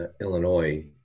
Illinois